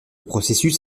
processus